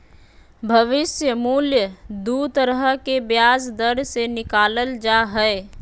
भविष्य मूल्य दू तरह के ब्याज दर से निकालल जा हय